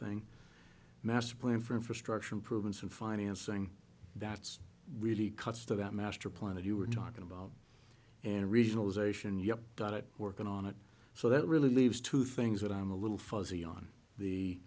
thing master plan for infrastructure improvements and financing that's really cuts to that master plan that you were talking about and regionalization you have got it working on it so that really leaves two things that i'm a little fuzzy on the